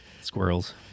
Squirrels